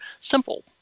simple